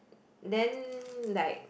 then like